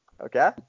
Okay